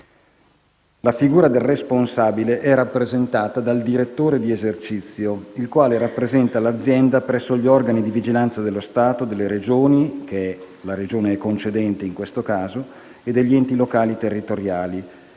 La figura del responsabile è rappresentata dal direttore di esercizio, il quale rappresenta l'azienda presso gli organi di vigilanza dello Stato, delle Regioni (in questo caso è la Regione concedente) e degli enti locali e territoriali.